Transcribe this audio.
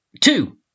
two